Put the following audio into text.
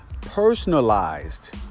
personalized